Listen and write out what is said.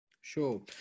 Sure